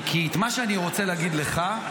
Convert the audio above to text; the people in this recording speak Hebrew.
כי את מה שאני רוצה להגיד לך,